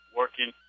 working